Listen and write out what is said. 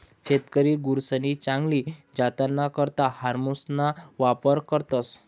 शेतकरी गुरसनी चांगली जातना करता हार्मोन्सना वापर करतस